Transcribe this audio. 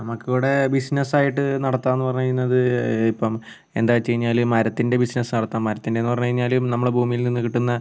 നമുക്ക് ഇവിടെ ബിസിനസ്സ് ആയിട്ട് നടത്താം എന്ന് പറയുന്നത് ഇപ്പം എന്താണ് വെച്ചുകഴിഞ്ഞാൽ മരത്തിൻ്റെ ബിസിനസ്സ് നടത്താം മരത്തിൻ്റെ എന്ന് പറഞ്ഞുകഴിഞ്ഞാൽ നമ്മുടെ ഭൂമിയിൽ നിന്ന് കിട്ടുന്ന